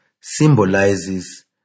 symbolizes